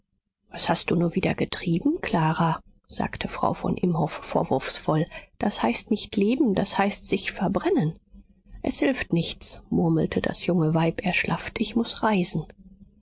was hast du nur wieder getrieben clara sagte frau von imhoff vorwurfsvoll das heißt nicht leben das heißt sich verbrennen es hilft nichts murmelte das junge weib erschlafft ich muß reisen